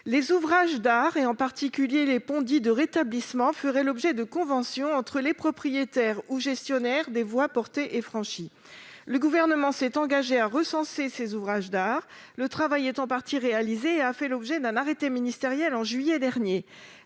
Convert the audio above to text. les ouvrages d'art, particulièrement les ponts de rétablissement, fassent l'objet de conventions entre les propriétaires ou gestionnaires des voies portées et franchies. Le Gouvernement s'est engagé à recenser les ouvrages d'art concernés, ce principe a fait l'objet d'un arrêté ministériel en juillet dernier,